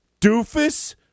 doofus